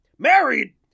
Married